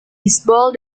bisbol